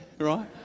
right